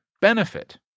benefit